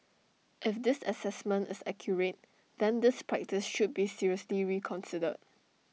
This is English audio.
if this Assessment is accurate then this practice should be seriously reconsidered